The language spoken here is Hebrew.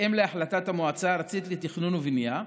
בהתאם להחלטת המועצה הארצית לתכנון ובנייה,